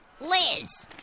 Liz